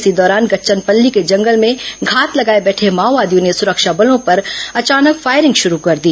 इसी दौरान गच्चनपल्ली के जंगल में घात लगाए बैठे माओवादियों ने सुरक्षा बलों पर अचानक फायरिंग शुरू कर दी